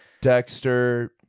Dexter